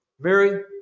Mary